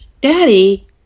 Daddy